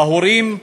בהורים,